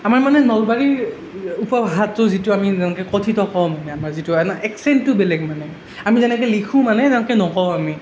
আমাৰ মানে নলবাৰীৰ উপভাষাটো যিটো আমি কথিত কম হয় আমাৰ যিটো হয় না একচেনটো বেলেগ মানে আমি যেনেকৈ লিখো মানে তেনেকৈ নকওঁ আমি